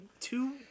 two